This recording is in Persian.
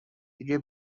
دیگه